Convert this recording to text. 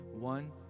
One